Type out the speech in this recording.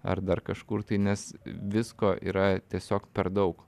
ar dar kažkur tai nes visko yra tiesiog per daug